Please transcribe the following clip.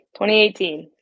2018